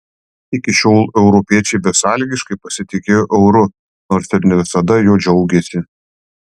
iki šiol europiečiai besąlygiškai pasitikėjo euru nors ir ne visada juo džiaugėsi